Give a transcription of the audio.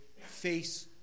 face